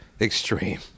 Extreme